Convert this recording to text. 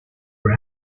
were